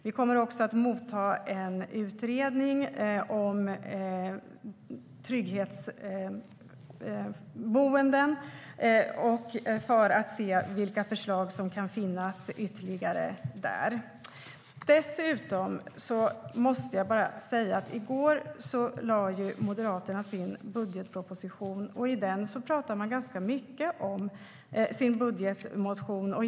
Vi kommer också att motta en utredning om trygghetsboenden för att se vilka förslag som kan finnas ytterligare. Dessutom måste jag säga en sak: I går lade Moderaterna fram sin budgetmotion.